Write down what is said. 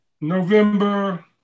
November